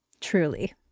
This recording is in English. truly